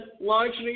largely